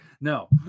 no